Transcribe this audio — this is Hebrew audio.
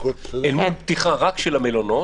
אל מול פתיחה רק של המלונות,